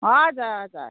हजुर हजुर